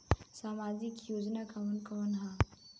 सामाजिक योजना कवन कवन ह?